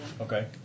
Okay